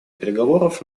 переговоров